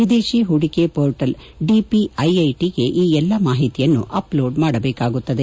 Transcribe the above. ವಿದೇಶಿ ಹೂಡಿಕೆ ಪೋರ್ಟಲ್ ಡಿಪಿಐಐಟಿಗೆ ಈ ಎಲ್ಲಾ ಮಾಹಿತಿಯನ್ನು ಅಪ್ಲೋಡ್ ಮಾಡಬೇಕಾಗುತ್ತದೆ